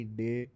day